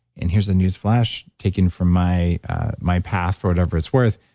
and here's a newsflash taken from my my path, for whatever it's worth,